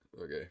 Okay